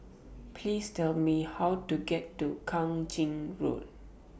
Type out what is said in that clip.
Please Tell Me How to get to Kang Ching Road